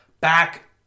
back